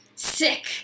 Sick